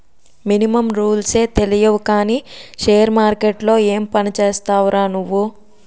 Minimum రూల్సే తెలియవు కానీ షేర్ మార్కెట్లో ఏం పనిచేస్తావురా నువ్వు?